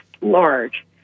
large